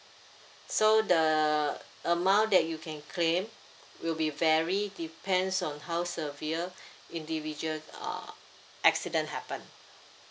so the amount that you can claim will be vary depends on how severe individual uh accident happened